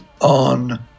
on